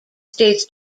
states